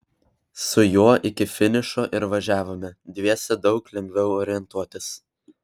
su juo iki finišo ir važiavome dviese daug lengviau orientuotis